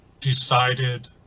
decided